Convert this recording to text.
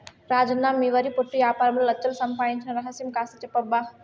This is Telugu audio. రాజన్న మీ వరి పొట్టు యాపారంలో లచ్ఛలు సంపాయించిన రహస్యం కాస్త చెప్పబ్బా